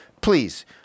Please